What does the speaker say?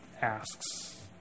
asks